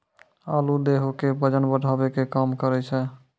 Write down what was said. आलू देहो के बजन बढ़ावै के काम करै छै